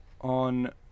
on